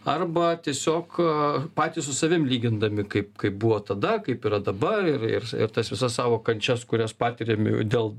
arba tiesiog patys su savim lygindami kaip kaip buvo tada kaip yra dabar ir ir ir tas visas savo kančias kurias patiriam jau dėl